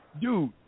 dude